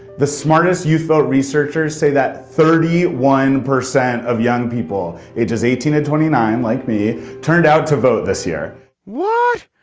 the smartest youth vote. researchers say that thirty one percent of young people ages eighteen and twenty nine like me turned out to vote this year what?